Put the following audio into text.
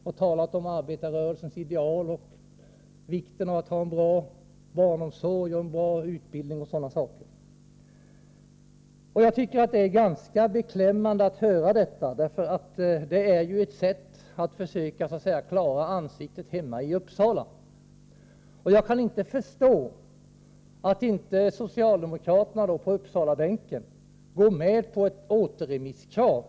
Han talade om arbetarrörelsens ideal, värdet av en bra barnomsorg, en bra utbildning osv. Jag tycker det är ganska beklämmande att höra honom säga detta. Det är bara ett sätt att försöka klara ansiktet hemma i Uppsala. Jag kan inte förstå att inte socialdemokraterna på Uppsalabänken ställer sig bakom återremisskravet.